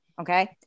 Okay